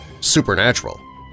supernatural